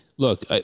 Look